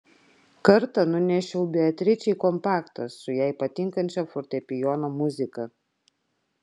kartą nunešiau beatričei kompaktą su jai patinkančia fortepijono muzika